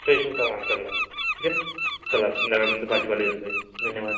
फ्रेशच राहणार आमच्याकडं ठीक आहे चला संध्याकाळपर्यंत भाजीपाला येऊन जाईल धन्यवाद